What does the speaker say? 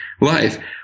life